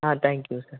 ah thank you sir